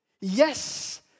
Yes